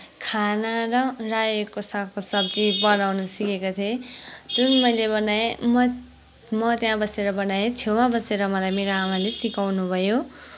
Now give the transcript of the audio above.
खाना र रायोको सागको सब्जी बनाउन सिकेको थिएँ जुन मैले बनाएँ म म त्यहाँ बसेर बनाएँ छेउमा बसेर मलाई मेरो आमाले सिकाउनु भयो